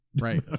Right